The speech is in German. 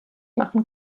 machen